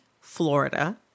Florida